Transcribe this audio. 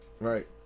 Right